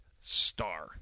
star